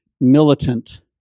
Militant